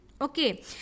Okay